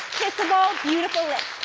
kissable, beautiful lips.